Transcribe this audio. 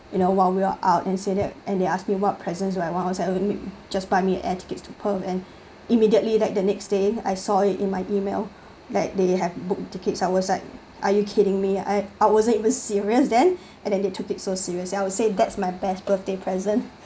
you know while we were out and said that and they asked me what presents would I want I was like just buy me air tickets to perth and immediately like the next day I saw it in my email like they have booked tickets I was like are you kidding me I I wasn't it was serious then and then they took it so seriously I would say that's my best birthday present